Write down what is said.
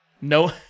No